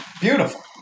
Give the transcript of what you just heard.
Beautiful